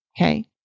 Okay